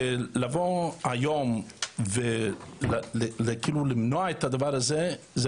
לבוא היום ולמנוע את הדבר הזה פה,